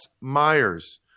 Myers